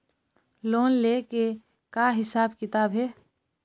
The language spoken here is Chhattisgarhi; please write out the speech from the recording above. लोन ले के का हिसाब किताब हे?